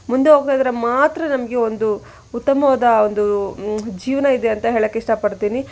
ಮುಂದೆ ಹೋಗೋದಾದ್ರೆ ಮಾತ್ರ ನಮಗೆ ಒಂದು ಉತ್ತಮವಾದ ಒಂದು ಜೀವನ ಇದೆ ಅಂತ ಹೇಳಕ್ಕೆ ಇಷ್ಟ ಪಡ್ತೀನಿ